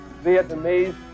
Vietnamese